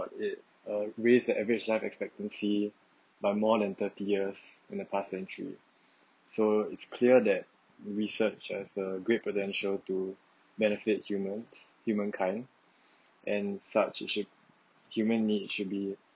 it uh raise the average life expectancy by more than thirty years in the past century so it's clear that research has the great potential to benefit humans humankind and such we should human need should be